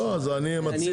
לא, אז אני מציע.